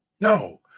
No